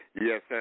Yes